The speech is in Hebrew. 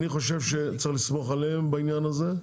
אני חושב שצריך לסמוך עליהם בעניין הזה.